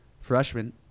freshman